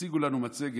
והציגו לנו מצגת